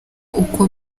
uko